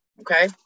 okay